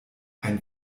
ein